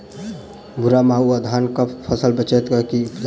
भूरा माहू सँ धान कऽ फसल बचाबै कऽ की उपाय छै?